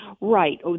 Right